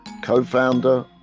co-founder